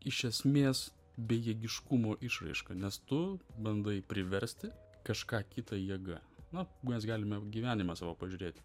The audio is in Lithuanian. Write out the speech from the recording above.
iš esmės bejėgiškumo išraiška nes tu bandai priversti kažką kitą jėga na mes galime gyvenimą savo pažiūrėt